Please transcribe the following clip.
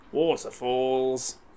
Waterfalls